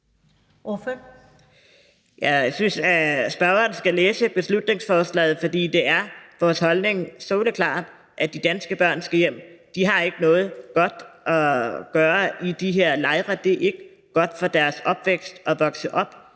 Jeg synes, at spørgeren skal læse beslutningsforslaget, for det er vores holdning – soleklart – at de danske børn skal hjem. De har ikke noget godt at gøre i de her lejre. Det er ikke godt for deres opvækst at vokse op